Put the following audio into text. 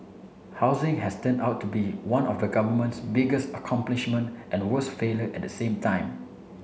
housing has turned out to be one of the government's biggest accomplishment and worst failure at the same time